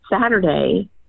Saturday